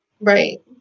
right